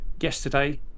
yesterday